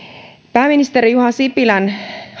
pääministeri juha sipilän